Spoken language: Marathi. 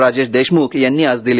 राजेश देशमुख यांनी आज दिली